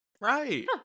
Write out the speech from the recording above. Right